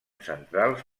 centrals